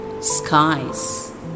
skies